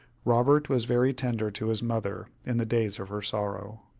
robert was very tender to his mother in the days of her sorrow.